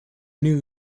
new